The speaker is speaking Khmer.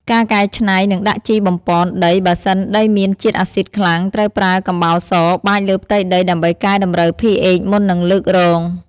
ការកែច្នៃ និងដាក់ជីបំប៉នដីបើសិនដីមានជាតិអាស៊ីតខ្លាំង ត្រូវប្រើ កំបោរស បាចលើផ្ទៃដីដើម្បីកែតម្រូវ pHមុននឹងលើករង។